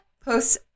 posts